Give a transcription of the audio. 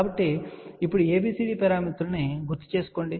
కాబట్టి ఇప్పుడు ABCD పారామితులను గుర్తుచేసుకోండి